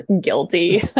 guilty